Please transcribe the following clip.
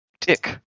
tick